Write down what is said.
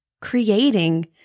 creating